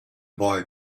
boy